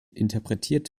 interpretiert